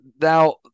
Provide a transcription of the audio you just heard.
now